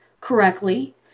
correctly